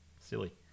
silly